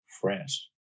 fresh